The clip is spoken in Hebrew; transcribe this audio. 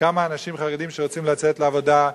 כמה אנשים חרדים שרוצים לצאת לעבודה,